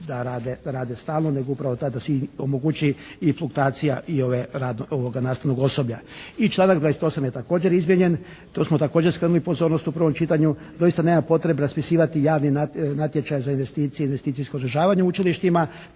da rade stalno, nego upravo ta da se omogući i fluktaciji i ovoga nastavnog osoblja. I članak 28. je također izmijenjen. To smo također skrenuli pozornost u prvom čitanju. Doista nema potrebe raspisivati javni natječaj za investicije i investicijsko održavanje u učilištima,